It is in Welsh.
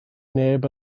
neb